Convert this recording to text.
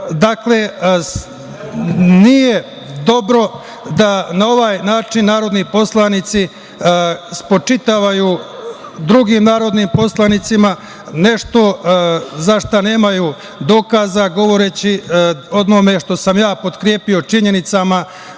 Dakle, nije dobro da na ovaj način narodni poslanici spočitavaju drugim narodnim poslanicima nešto za šta nemaju dokaza, govoreći o onome što sam ja potkrepio činjenicama